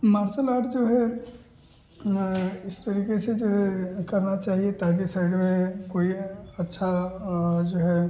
martial art जो है इस तरीक़े से जो है करना चाहिए ताकि शरीर में कोई अच्छा जो है